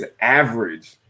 average